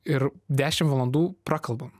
ir dešimt valandų prakalbu